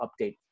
update